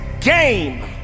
game